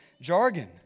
jargon